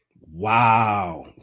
Wow